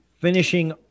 Finishing